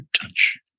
touch